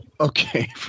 Okay